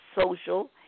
social